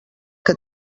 que